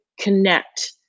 connect